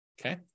Okay